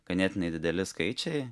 ganėtinai dideli skaičiai